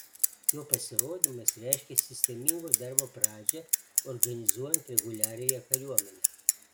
jo pasirodymas reiškė sistemingo darbo pradžią organizuojant reguliariąją kariuomenę